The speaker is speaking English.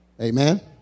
Amen